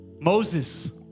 Moses